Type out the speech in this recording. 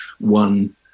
one